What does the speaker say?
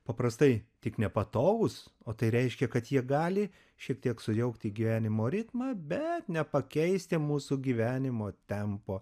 paprastai tik nepatogūs o tai reiškia kad jie gali šiek tiek sujaukti gyvenimo ritmą bet nepakeisti mūsų gyvenimo tempo